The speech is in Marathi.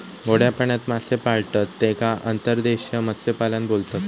गोड्या पाण्यात मासे पाळतत तेका अंतर्देशीय मत्स्यपालन बोलतत